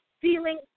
feeling